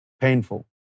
painful